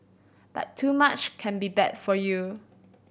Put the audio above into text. but too much can be bad for you